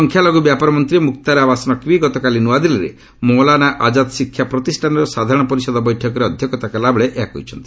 ସଂଖ୍ୟାଲଘୁ ବ୍ୟାପାର ମନ୍ତ୍ରୀ ମୁକ୍ତାର ଆବାସ୍ ନକ୍ବୀ ଗତକାଲି ନୃଆଦିଲ୍ଲୀରେ ମୌଲାନା ଆଜାଦ୍ ଶିକ୍ଷା ପ୍ରତିଷ୍ଠାନର ସାଧାରଣ ପରିଷଦର ବୈଠକରେ ଅଧ୍ୟକ୍ଷତା କଲାବେଳେ ଏହା କହିଛନ୍ତି